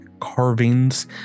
carvings